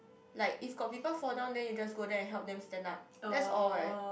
like if got people fall down then you just go there and help them stand up that's all leh